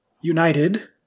United